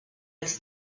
its